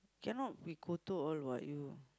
cannot we be kotor all what you